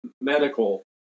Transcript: medical